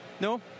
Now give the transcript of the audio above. No